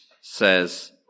says